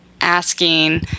asking